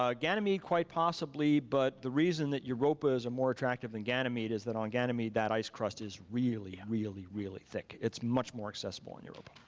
ah ganymede, quite possibly but the reason that europa is and more attractive than ganymede, is that on ganymede that ice crust is really, really, really thick. it's much more accessible on europa.